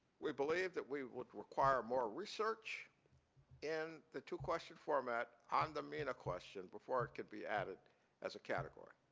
we believe that we would require more research in the two question format on the mean question before it could be added as a category.